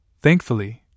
Thankfully